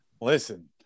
listen